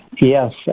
Yes